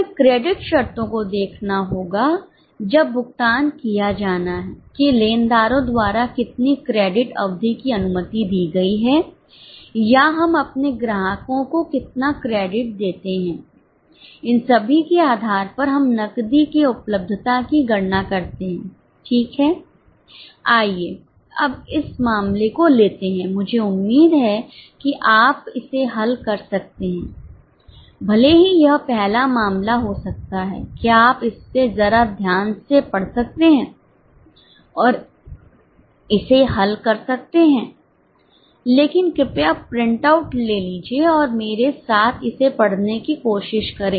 हमें क्रेडिट लें लीजिए और मेरे साथ इसे पढ़ने की कोशिश करें